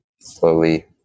slowly